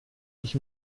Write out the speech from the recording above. ich